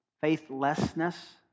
faithlessness